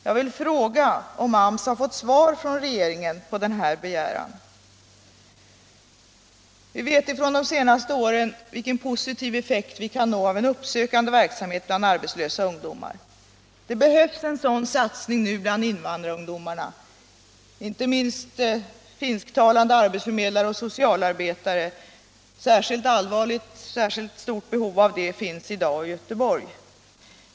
Jag vill fråga om AMS har fått svar från regeringen på sin begäran. Vi vet från de senaste åren vilka positiva resultat vi kan nå genom en uppsökande verksamhet bland arbetslösa ungdomar. Det behövs en sådan satsning nu bland invandrarungdomarna, inte minst finsktalande arbetsförmedlare och socialarbetare. Ett särskilt stort behov av sådan verksamhet finns i dag i Göteborg.